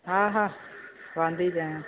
हा हा वांदी आहियां